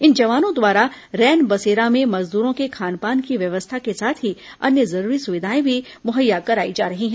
इन जवानों द्वारा रैन बसेरा में मजदूरों के खान पान की व्यवस्था के साथ ही अन्य जरूरी सुविधाए भी मुहैया भी कराई जा रही है